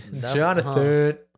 Jonathan